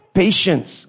patience